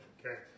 Okay